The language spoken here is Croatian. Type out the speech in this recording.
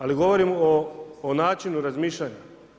Ali, govorim o načinu razmišljanja.